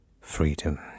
freedom